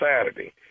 Saturday